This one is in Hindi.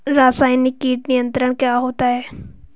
रसायनिक कीट नियंत्रण क्या होता है?